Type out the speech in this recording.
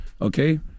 Okay